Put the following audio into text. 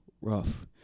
rough